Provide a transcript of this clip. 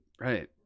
Right